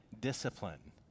discipline